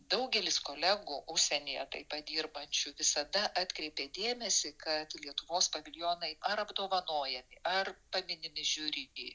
daugelis kolegų užsienyje taip pat dirbančių visada atkreipia dėmesį kad lietuvos paviljonai ar apdovanojami ar paminimi žiuri